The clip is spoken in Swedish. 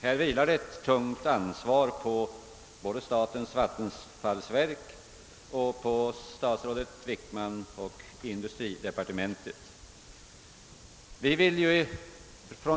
Här vilar ett tungt ansvar på både statens vattenfallsverk, statsrådet Wickman och industridepartementet.